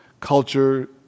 culture